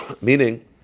Meaning